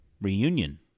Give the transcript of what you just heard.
reunion